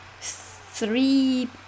three